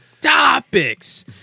Topics